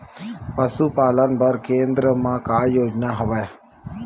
पशुपालन बर केन्द्र म का योजना हवे?